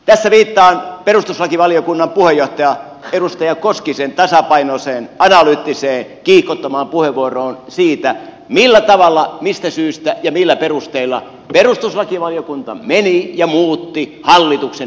tässä viittaan perustuslakivaliokunnan puheenjohtaja edustaja koskisen tasapainoiseen analyyttiseen kiihkottomaan puheenvuoroon siitä millä tavalla mistä syystä ja millä perusteilla perustuslakivaliokunta meni ja muutti hallituksen esitystä